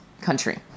country